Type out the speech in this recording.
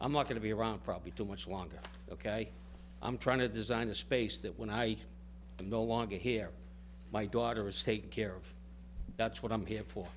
i'm not going to be around probably too much longer ok i'm trying to design a space that when i am no longer here my daughter is taken care of that's what i'm here for